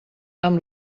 amb